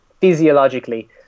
physiologically